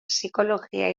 psikologia